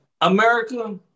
America